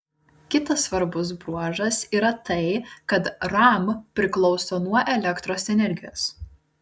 kitas svarbus bruožas yra tai kad ram priklauso nuo elektros energijos